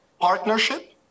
partnership